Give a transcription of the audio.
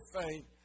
faith